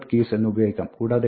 keys എന്ന് ഉപയോഗിക്കാം കൂടാതെ d